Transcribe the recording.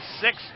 six